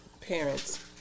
parents